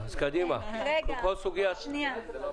שנייה.